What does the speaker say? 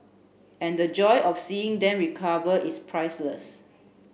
and the joy of seeing them recover is priceless